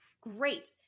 Great